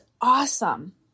awesome